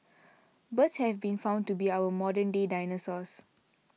birds have been found to be our modern day dinosaurs